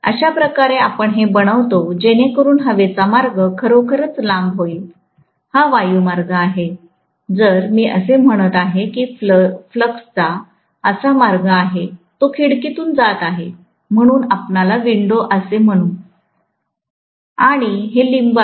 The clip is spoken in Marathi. अशा प्रकारे आपण हे बनवितो जेणेकरून हवेचा मार्ग खरोखर लांब होईल हा वायुमार्ग आहे जर मी असे म्हणत आहे की फ्लक्सचा असा मार्ग आहे तो खिडकीतून जात आहे म्हणून आपणयाला विंडो असे म्हणु आणि हे लिंब आहेत